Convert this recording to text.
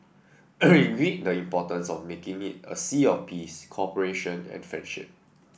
we agreed the importance of making it a sea of peace cooperation and friendship